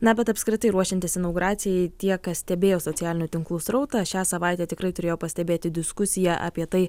na bet apskritai ruošiantis inauguracijai tie kas stebėjo socialinių tinklų srautą šią savaitę tikrai turėjo pastebėti diskusiją apie tai